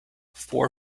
four